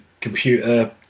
computer